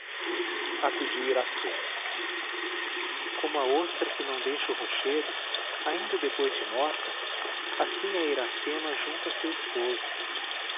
acudiu iracema como a ostra que não deixa o rochedo ainda depois de morta assim é iracema junto a seu esposo